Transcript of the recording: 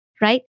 right